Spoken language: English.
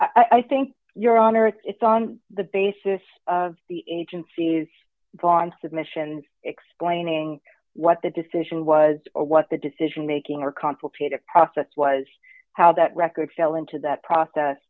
document i think your honor it's on the basis of the agency's gone submissions explaining what the decision was or what the decision making or complicated process was how that record zelon to that process